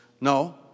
No